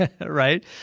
right